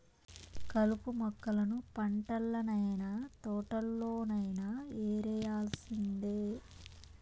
కలుపు మొక్కలను పంటల్లనైన, తోటల్లోనైన యేరేయాల్సిందే